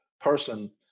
person